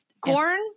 corn